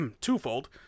twofold